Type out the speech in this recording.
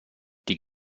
die